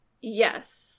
Yes